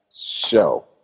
show